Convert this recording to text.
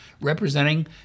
representing